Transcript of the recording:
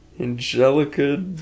Angelica